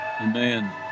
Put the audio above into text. Amen